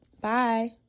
bye